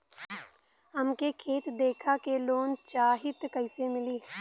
हमके खेत देखा के लोन चाहीत कईसे मिली?